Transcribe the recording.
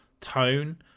tone